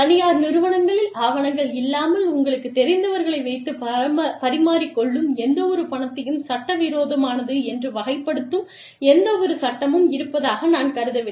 தனியார் நிறுவனங்களில் ஆவணங்கள் இல்லாமல் உங்களுக்குத் தெரிந்தவர்களை வைத்துப் பரிமாறிக்கொள்ளும் எந்தவொரு பணத்தையும் சட்டவிரோதமானது என்று வகைப்படுத்தும் எந்தவொரு சட்டமும் இருப்பதாக நான் கருதவில்லை